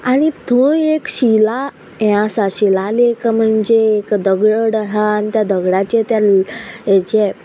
आनी थंय एक शिला हे आसा शिला लेख म्हणजे एक दगड आसा आनी त्या दगडाचे त्या हाचे